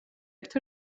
ერთ